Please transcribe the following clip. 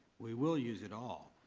we will use it all.